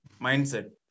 mindset